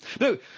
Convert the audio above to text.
No